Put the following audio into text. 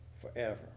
forever